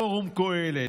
פורום קהלת,